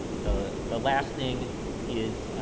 the the last thing is,